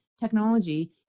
technology